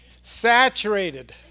saturated